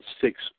six